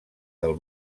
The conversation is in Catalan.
del